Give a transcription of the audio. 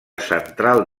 central